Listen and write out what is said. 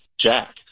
Jack